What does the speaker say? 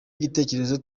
gitekerezo